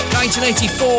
1984